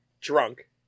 drunk